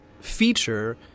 feature